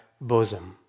bosom